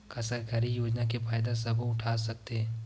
का सरकारी योजना के फ़ायदा सबो उठा सकथे?